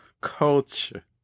culture